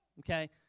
Okay